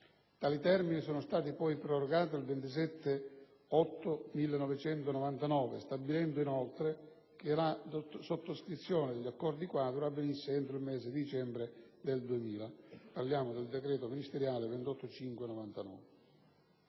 Tali termini sono stati poi prorogati al 27 agosto 1999, stabilendo inoltre che la sottoscrizione degli accordi-quadro avvenisse entro il mese di dicembre 2000 (decreto ministeriale del